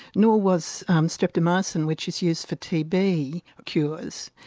nor was streptomycin which is used for tb cures.